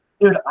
Dude